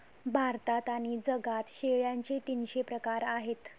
भारतात आणि जगात शेळ्यांचे तीनशे प्रकार आहेत